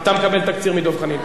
אתה מקבל תקציר מדב חנין.